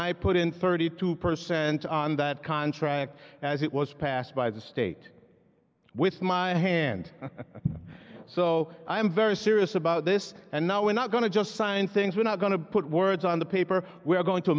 i put in thirty two percent on that contract as it was passed by the state with my hand so i am very serious about this and now we're not going to just sign things we're not going to put words on the paper we're going to